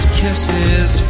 kisses